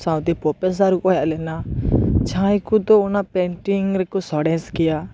ᱥᱟᱶᱛᱮ ᱯᱨᱚᱯᱷᱮᱥᱚᱨ ᱠᱚ ᱦᱮᱡ ᱞᱮᱱᱟ ᱡᱟᱦᱟᱭ ᱠᱚᱫᱚ ᱚᱱᱟ ᱯᱮᱱᱴᱤᱝ ᱨᱮᱠᱚ ᱥᱚᱨᱮᱥ ᱜᱮᱭᱟ